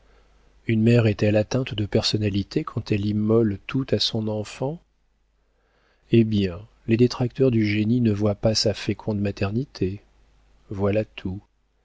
une mère est-elle atteinte de personnalité quand elle immole tout à son enfant eh bien les détracteurs du génie ne voient pas sa féconde maternité voilà tout